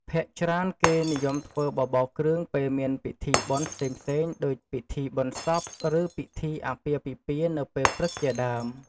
ភាគច្រើនគេនិយមធ្វើបបរគ្រឿងពេលមានពិធីបុណ្យផ្សេងៗដូចពិធីបុណ្យសព ឬពិធីអាពាហ៍ពិពាហ៍នៅពេលព្រឹកជាដើម។